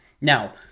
Now